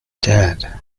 dead